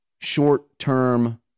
short-term